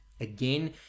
Again